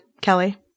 Kelly